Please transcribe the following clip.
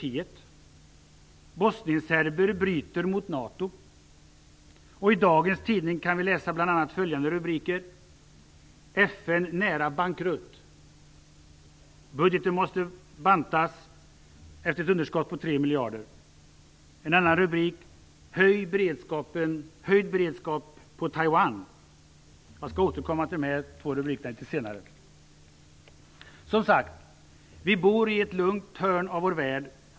I dagens tidning kan vi läsa bl.a. följande rubriker: "FN nära bankrutt. Budgeten måste bantas efter budgetunderskott på tre miljarder." Jag skall återkomma till dessa två rubriker litet senare. Som sagt var, bor vi i ett lugnt hörn av vår värld.